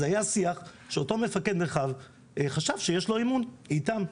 זה היה שיח שאותו מפקד מרחב חשב שיש לו אמון איתם.